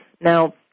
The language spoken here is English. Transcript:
Now